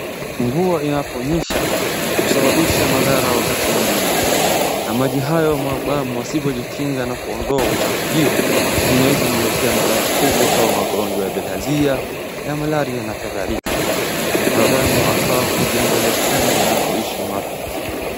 Mvua inaponyesha husababisha madhara wakati mwingine na maji hayo mwanadamu asipojikinga na kuondoa uchafu huo, inaweza kumletea madhara kubwa kama magonjwa ya bilhazia, ya malaria na kadhalika. Mwanadamu anafaa kujiangalia sana anapoishi ni wapi.